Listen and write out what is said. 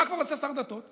הרי מה כבר עושה שר דתות?